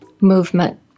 movement